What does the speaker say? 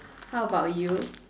how about you